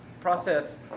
process